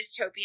dystopian